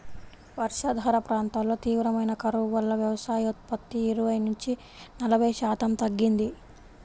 వర్షాధార ప్రాంతాల్లో తీవ్రమైన కరువు వల్ల వ్యవసాయోత్పత్తి ఇరవై నుంచి నలభై శాతం తగ్గింది